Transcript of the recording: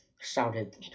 shouted